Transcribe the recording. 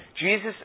Jesus